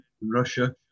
Russia